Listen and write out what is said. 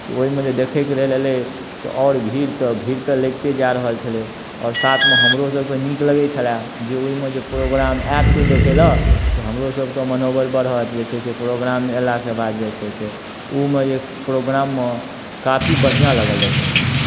तऽ ओहिमे जे देखयके लेल अयलै तऽ आओर भीड़ तऽ भीड़ तऽ लगिते जाए रहल छलै आओर साथमे हमरो सभके नीक लगै छलै जे ओहिमे जे प्रोग्राम आयत कोइ देखय लेल तऽ हमरोसभके मनोबल बढ़त जे छै से प्रोग्राममे अयलाके बाद जे छै से ओहूमे जे प्रोग्राममे काफी बढ़िआँ लगल देखयमे